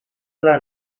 telah